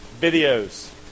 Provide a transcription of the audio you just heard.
Videos